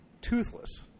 toothless